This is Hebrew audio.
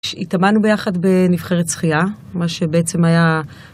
התאמנו ביחד בנבחרת שחייה, מה שבעצם היה...